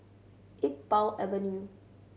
Iqbal Avenue